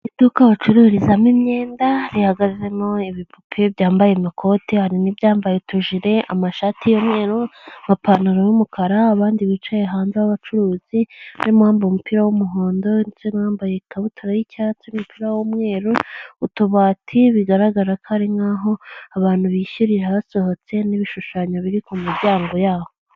Iduka bacururizamo imyenda rihagazemo ibipupe byambaye amakoti, harimo ibyambaye utujire, amashati y'umweru, amapantaro y'umukara, abandi bicaye hanze b'abacuruzi barimo uwambaye umupira w'umuhondo, ndetse n'uwambaye ikabutura y'icyatsi n'umupira w'umweru, utubati bigaragara ko ari nk'aho abantu bishyurira hasohotse n'ibishushanyo biri ku miryango yabo.